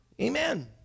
Amen